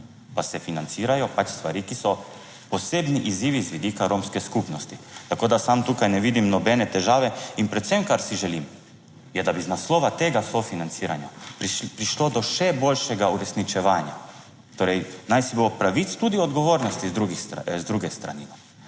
pa se financirajo pač stvari, ki so posebni izzivi z vidika romske skupnosti. Tako, da sam tukaj ne vidim nobene težave in predvsem, kar si želim je, da bi iz naslova tega sofinanciranja prišlo do še boljšega uresničevanja. Torej naj si bo pravic, tudi odgovornosti z druge strani.